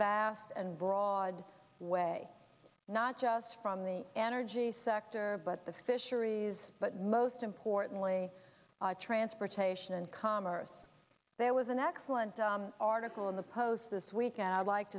vast and broad way not just from the energy sector but the fisheries but most importantly transportation and commerce there was an excellent article in the post this week and i'd like